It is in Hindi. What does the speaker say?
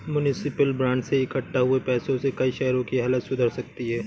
म्युनिसिपल बांड से इक्कठा हुए पैसों से कई शहरों की हालत सुधर सकती है